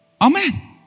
Amen